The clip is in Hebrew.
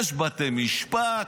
יש בתי משפט.